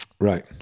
Right